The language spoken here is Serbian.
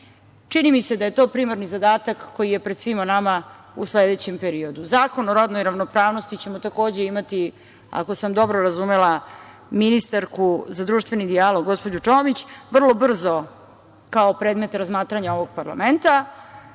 mi se da je to primarni zadatak koji je pred svima nama u sledećem periodu. Zakon o rodnoj ravnopravnosti ćemo takođe imati, ako sam dobro razumela ministarku za društveni dijalog, gospođu Čomić, vrlo brzo kao predmet razmatranja ovog parlamenta